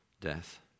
death